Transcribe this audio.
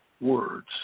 words